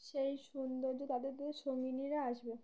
সেই সৌন্দর্য তাদের তাদের সঙ্গিনীরা আসবে